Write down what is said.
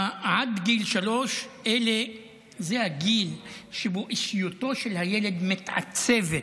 עד גיל שלוש הוא הגיל שבו אישיותו של הילד מתעצבת